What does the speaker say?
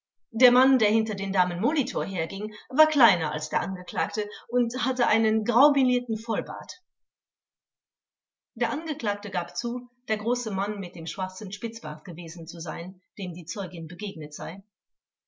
der mann der hinter den damen molitor herging war kleiner als der angeklagte und hatte einen graumelierten vollbart der angeklagte gab zu der große mann mit dem schwarzen spitzbart gewesen zu sein dem die zeugin begegnet sei